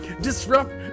disrupt